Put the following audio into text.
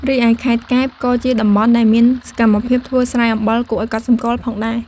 រីឯខេត្តកែប ក៏ជាតំបន់ដែលមានសកម្មភាពធ្វើស្រែអំបិលគួរឱ្យកត់សម្គាល់ផងដែរ។